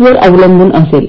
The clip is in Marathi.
मुळावर अवलंबून आहे